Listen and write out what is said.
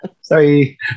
Sorry